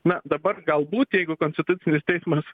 na dabar galbūt jeigu konstitucinis teismas